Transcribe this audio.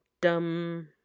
dumb